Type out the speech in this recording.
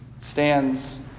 stands